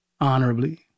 Honorably